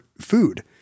food